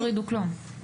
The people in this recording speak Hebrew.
לא הורידו כלום.